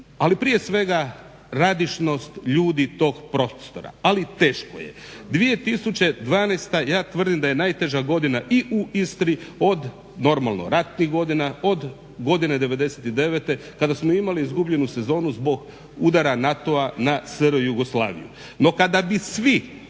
ali prije svega radišnost ljudi tog prostora. Ali teško je. 2012.ja tvrdim da je najteža i u Istri od normalno ratnih godina, od godine '99.kada smo imali izgubljenu sezonu od udara NATO-a na SR Jugoslaviju. No kada bi svi